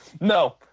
No